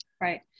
Right